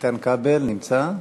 איתן כבל, נמצא?